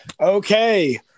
Okay